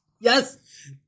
Yes